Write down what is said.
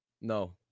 No